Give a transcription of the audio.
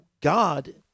God